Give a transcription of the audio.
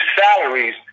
salaries